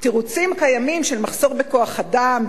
תירוצים קיימים של מחסור בכוח-אדם,